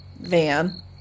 van